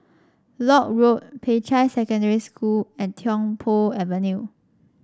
Lock Road Peicai Secondary School and Tiong Poh Avenue